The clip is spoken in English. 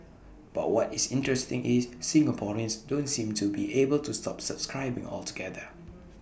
but what is interesting is Singaporeans don't seem to be able to stop subscribing altogether